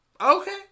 Okay